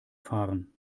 fahren